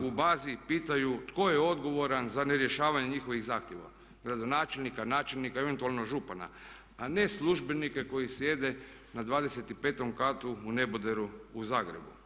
u bazi pitaju tko je odgovoran za nerješavanje njihovih zahtjeva, gradonačelnika, načelnika, eventualno župana, a ne službenike koji sjede na dvadeset i petom katu u neboderu u Zagrebu.